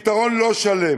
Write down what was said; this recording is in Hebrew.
פתרון לא שלם,